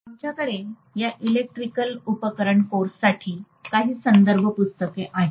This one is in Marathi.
आमच्याकडे या इलेक्ट्रिकल उपकरण कोर्ससाठी काही संदर्भ पुस्तके आहेत